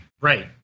Right